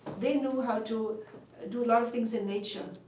they knew how to do a lot of things in nature,